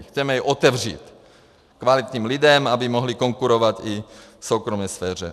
Chceme je otevřít kvalitním lidem, aby mohli konkurovat i soukromé sféře.